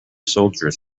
soldiers